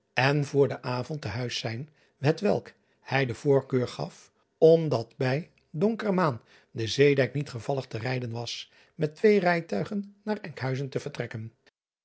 en voor den avond te huis zijn hetwelk hij de voorkeus gaf omdat bij donkere maan de zeedijk niet gevallig te rijden was met twee rijtuigen naar nkhuizen te vertrekken